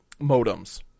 modems